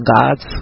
God's